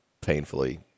painfully